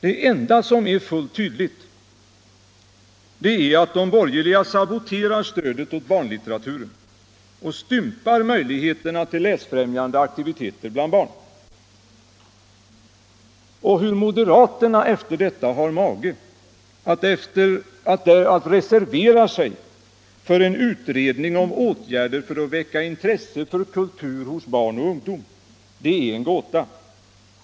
Det enda som är fullt tydligt är att de borgerliga saboterar stödet åt barnlitteraturen och stympar möjligheterna till läsfrämjande aktiviteter bland barn. Hur moderaterna efter detta har mage att reservera sig för en utredning om åtgärder för att väcka intresse för kultur hos barn och ungdom -— det är en gåta.